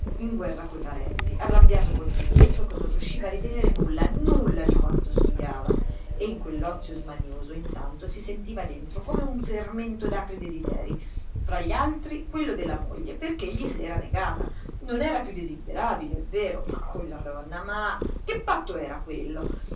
in guerra coi parenti arrabbiato con se stesso che non riusciva a ritener nulla nulla nulla di quanto studiava e in quell'ozio smanioso intanto si sentiva dentro come un fermento d'acri desiderii fra gli altri quello della moglie perché gli s'era negata non era più desiderabile è vero quella donna ma che patto era quello